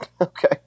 Okay